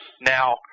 Now